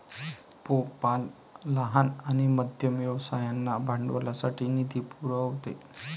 PayPal लहान आणि मध्यम व्यवसायांना भांडवलासाठी निधी पुरवते